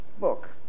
book